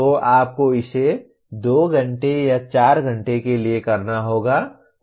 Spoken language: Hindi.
तो आपको इसे 2 घंटे या 4 घंटे के लिए करना होगा